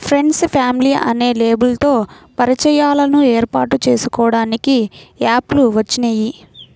friends, family అనే లేబుల్లతో పరిచయాలను ఏర్పాటు చేసుకోడానికి యాప్ లు వచ్చినియ్యి